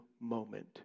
moment